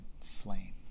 slain